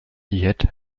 yet